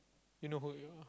you know who you are